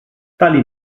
tali